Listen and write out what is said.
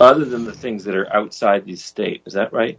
other than the things that are outside the state is that right